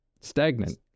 stagnant